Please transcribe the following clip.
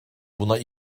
buna